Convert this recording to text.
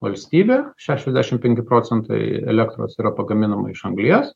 valstybė šešiasdešim penki procentai elektros yra pagaminama iš anglies